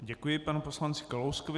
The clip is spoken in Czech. Děkuji panu poslanci Kalouskovi.